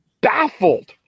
baffled